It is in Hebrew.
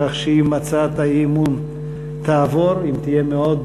כך שאם הצעת האי-אמון תעבור, אם תהיה מאוד